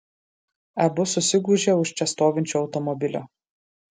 abu susigūžė už čia stovinčio automobilio